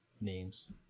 names